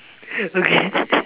okay